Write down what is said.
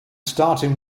starting